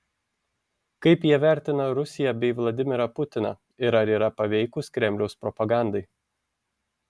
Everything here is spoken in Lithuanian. kaip jie vertina rusiją bei vladimirą putiną ir ar yra paveikūs kremliaus propagandai